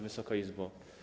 Wysoka Izbo!